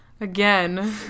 Again